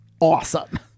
awesome